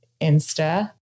Insta